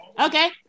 Okay